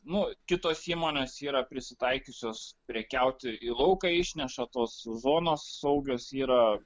nu kitos įmonės yra prisitaikiusios prekiauti į lauką išneša tos zonos saugios yra